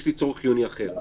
יש לי צורך חיוני אחר.